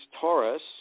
Taurus